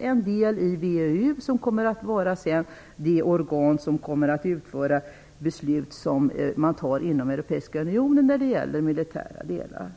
En del av VEU kommer sedan att vara det organ som genomför de beslut som fattas inom Europeiska unionen när det gäller militära frågor.